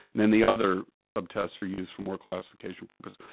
then the other sub-tests are used for more classification purposes.